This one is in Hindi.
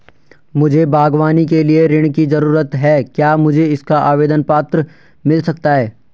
मुझे बागवानी के लिए ऋण की ज़रूरत है क्या मुझे इसका आवेदन पत्र मिल सकता है?